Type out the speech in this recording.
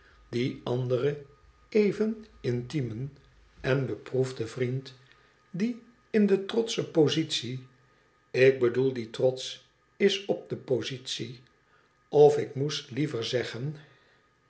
dien anderen even intiemen en beproefden vriend die in de trotsche positie ik bedoel die trotsch is op de positie of ik moest liever zeggen